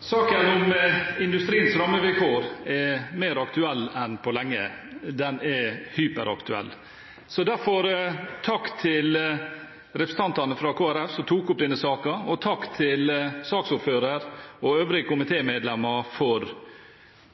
Saken om industriens rammevilkår er mer aktuell enn på lenge – den er hyperaktuell – så derfor takk til representantene fra Kristelig Folkeparti som har tatt opp denne saken, og takk til saksordføreren og øvrige komitémedlemmer for